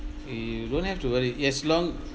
you don't have to worry as long